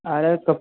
अरे कब